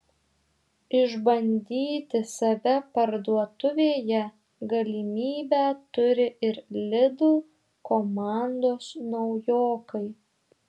išbandyti save parduotuvėje galimybę turi ir lidl komandos naujokai